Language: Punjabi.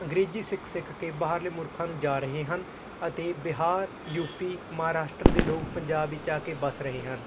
ਅੰਗਰੇਜ਼ੀ ਸਿੱਖ ਸਿੱਖ ਕੇ ਬਾਹਰਲੇ ਮੁਲਖਾਂ ਨੂੰ ਜਾ ਰਹੇ ਹਨ ਅਤੇ ਬਿਹਾਰ ਯੂਪੀ ਮਹਾਰਾਸ਼ਟਰ ਦੇ ਲੋਕ ਪੰਜਾਬ ਵਿੱਚ ਆ ਕੇ ਵੱਸ ਰਹੇ ਹਨ